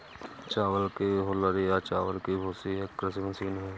चावल की हूलर या चावल की भूसी एक कृषि मशीन है